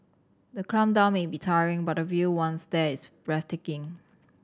the climb down may be tiring but the view once there is breathtaking